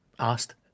asked